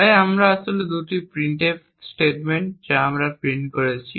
তাই আমরা আসলে এই দুটি printf স্টেটমেন্টে যা প্রিন্ট করছি